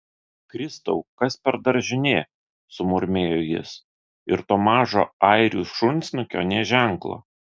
kristau kas per daržinė sumurmėjo jis ir to mažo airių šunsnukio nė ženklo